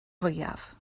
fwyaf